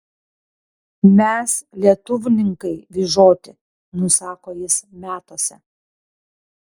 mes lietuvninkai vyžoti nusako jis metuose